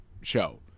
show